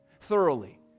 thoroughly